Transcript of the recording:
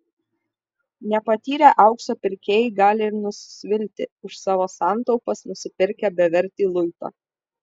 nepatyrę aukso pirkėjai gali ir nusvilti už savo santaupas nusipirkę bevertį luitą